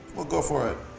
we'll go for it.